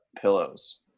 pillows